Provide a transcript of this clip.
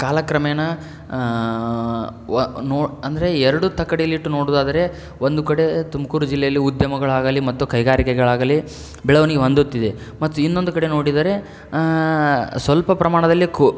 ಕಾಲಕ್ರಮೇಣ ವ ನೋ ಅಂದರೆ ಎರಡು ತಕ್ಕಡಿಲ್ಲಿಟ್ಟು ನೋಡೋದಾದರೆ ಒಂದು ಕಡೆ ತುಮಕೂರು ಜಿಲ್ಲೆಯಲ್ಲಿ ಉದ್ಯಮಗಳಾಗಲಿ ಮತ್ತು ಕೈಗಾರಿಕೆಗಳಾಗಲಿ ಬೆಳವಣಿಗೆ ಹೊಂದುತ್ತಿದೆ ಮತ್ತು ಇನ್ನೊಂದು ಕಡೆ ನೋಡಿದರೆ ಸ್ವಲ್ಪ ಪ್ರಮಾಣದಲ್ಲಿ ಕು